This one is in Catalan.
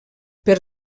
per